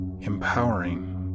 empowering